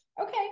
okay